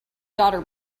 daughter